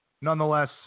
Nonetheless